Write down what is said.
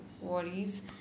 worries